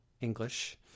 English